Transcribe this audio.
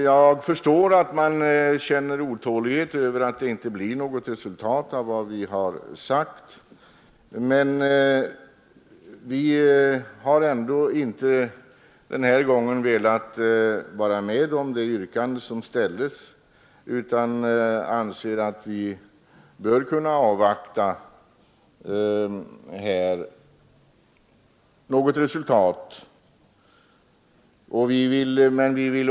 Jag förstår att man känner otålighet över att det inte blivit något resultat av vad vi har sagt, men vi har ändå inte den här gången velat vara med om det yrkande som ställts, utan vi anser att vi bör kunna avvakta det slutliga ställningstagandet till de framlagda utredningsförslagen.